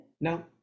No